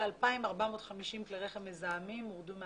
וכ-2,450 כלי רכב מזהמים הורדו מהכביש.